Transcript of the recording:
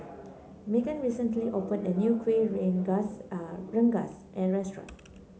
Meghann recently opened a new Kuih Rengas a rengas restaurant